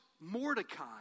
Mordecai